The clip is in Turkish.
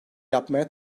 yapmaya